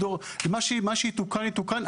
ומה שיתוקן יתוקן.